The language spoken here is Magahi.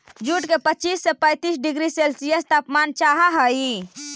जूट के पच्चीस से पैंतीस डिग्री सेल्सियस तापमान चाहहई